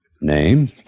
Name